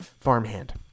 Farmhand